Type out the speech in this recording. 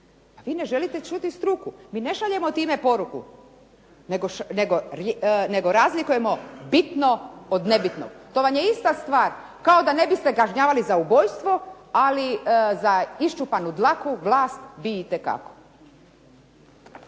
vi ne želite čuti struku. Mi ne šaljemo time poruku, nego razlikujemo bitno od nebitnog. To vam je ista stvar kao da ne biste kažnjavali za ubojstvo, ali za iščupanu dlaku, vlas bi itekako.